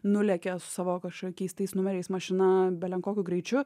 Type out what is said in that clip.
nulekia su savo kažko keistais numeriais mašina belenkokiu greičiu